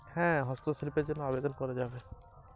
হস্তশিল্পের জন্য ঋনের আবেদন করা যাবে কি?